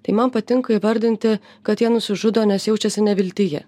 tai man patinka įvardinti kad jie nusižudo nes jaučiasi neviltyje